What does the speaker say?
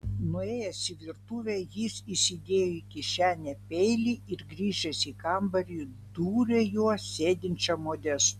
nuėjęs į virtuvę jis įsidėjo į kišenę peilį ir grįžęs į kambarį dūrė juo sėdinčiam modestui